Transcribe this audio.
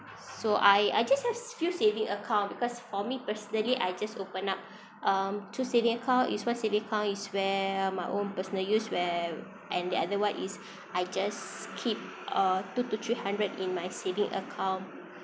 so I I just have few saving account because for me personally I just open up um two saving account is one saving account is where uh my own personal use where and the other one is I just keep uh two to three hundred in my saving account